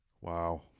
Wow